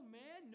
man